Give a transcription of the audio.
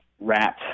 rat